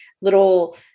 little